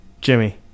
Jimmy